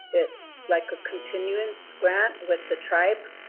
it's like a continuance grant with the tribe,